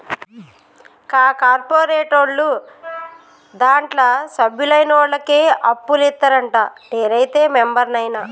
కా కార్పోరేటోళ్లు దాంట్ల సభ్యులైనోళ్లకే అప్పులిత్తరంట, నేనైతే మెంబరైన